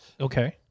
Okay